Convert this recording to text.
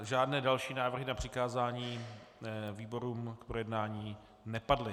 Žádné další návrhy na přikázání výborům k projednání nepadly.